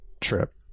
trip